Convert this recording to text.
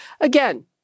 Again